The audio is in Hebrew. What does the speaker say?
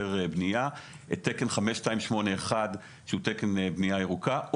היתר בנייה תקן 5281 שהוא תקן בנייה ירוקה,